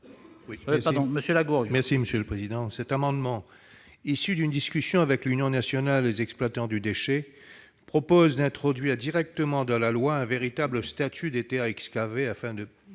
n° 93 rectifié. Cet amendement, issu d'une discussion avec l'Union nationale des exploitants du déchet, vise à introduire directement dans la loi un véritable statut des terres excavées afin de